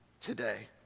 today